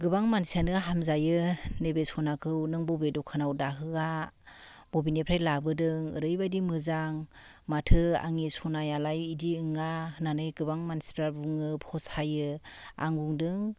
गोबां मानसियानो हामजायो नैबे सनाखौ नों बबे दखानाव दाहोआ बबेनिफ्राय लाबोदों ओरैबायदि मोजां माथो आंनि सनायालाय बेदि नङा होननानै गोबां मानसिफ्रा बुङो फसायो आं बुंदों